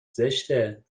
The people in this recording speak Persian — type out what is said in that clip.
زشته